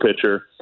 pitcher